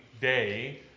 day